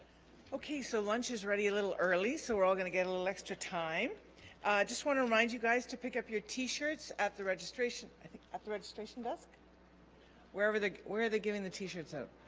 okay so lunch is ready a little early so we're all gonna get a little extra time i just want to remind you guys to pick up your t-shirts at the registration i think that's the registration desk wherever the where are they giving the t-shirts oh